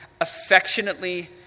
affectionately